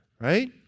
Right